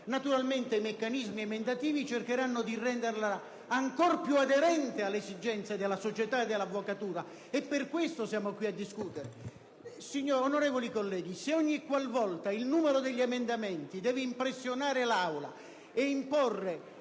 Naturalmente i meccanismi emendativi cercheranno di renderla ancor più aderente alle esigenze della società e dell'avvocatura. È per questo che siamo qui a discuterne. Onorevoli colleghi, se ogni volta il numero degli emendamenti dovesse impressionare l'Aula e imporre